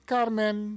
Carmen